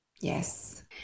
Yes